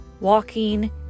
walking